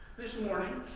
this morning,